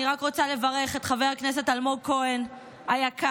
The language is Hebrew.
אני רוצה לברך את חבר הכנסת אלמוג כהן היקר,